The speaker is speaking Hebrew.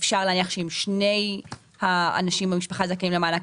יש לי פה עשר מודפסות,